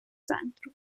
центру